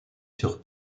sur